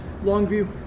Longview